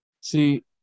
See